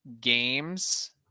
games